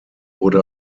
wurde